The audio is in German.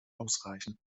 ausreichen